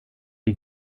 die